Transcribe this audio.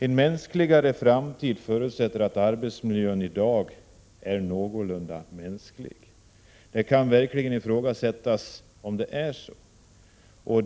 En mänskligare framtid förutsätter att arbetsmiljön i dag är någorlunda mänsklig. Det kan verkligen ifrågasättas om den är det.